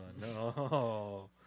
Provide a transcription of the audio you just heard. no